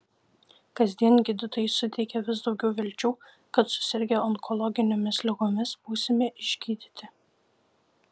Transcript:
kasdien gydytojai suteikia vis daugiau vilčių kad susirgę onkologinėmis ligomis būsime išgydyti